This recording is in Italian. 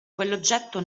quell’oggetto